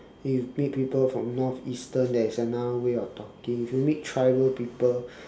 then you meet people from north eastern there is another way of talking if you meet tribal people